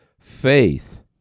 faith